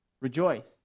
rejoice